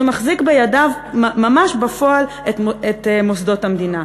שמחזיק בידיו ממש בפועל את מוסדות המדינה.